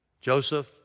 Joseph